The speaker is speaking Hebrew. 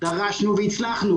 דרשנו והצלחנו.